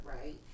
right